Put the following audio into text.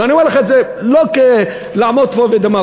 ואני אומר לך את זה לא כדי לעמוד פה בדמגוגיה,